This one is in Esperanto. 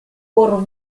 por